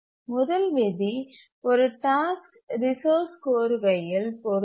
முதல் விதி ஒரு டாஸ்க் ரிசோர்ஸ் கோருகையில் பொருந்தும்